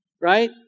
Right